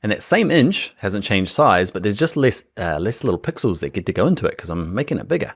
and that same inch hasn't changed size, but there's just less less little pixels that get to go into it cuz i'm making it bigger.